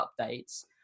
updates